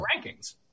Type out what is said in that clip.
rankings